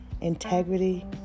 integrity